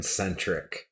centric